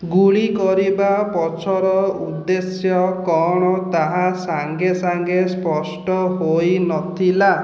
ଗୁଳି କରିବା ପଛର ଉଦ୍ଦେଶ୍ୟ କ'ଣ ତାହା ସାଙ୍ଗେ ସାଙ୍ଗେ ସ୍ପଷ୍ଟ ହୋଇନଥିଲା